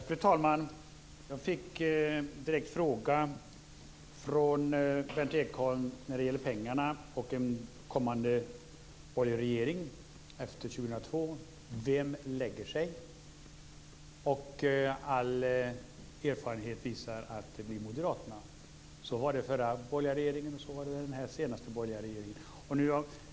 Fru talman! Jag fick direkt frågan från Berndt Ekholm när det gäller pengarna och en kommande borgerlig regering efter 2002: Vem lägger sig? All erfarenhet visar att det blir moderaterna. Så var det i den förra borgerliga regeringen och så var det i den senaste borgerliga regeringen.